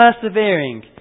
persevering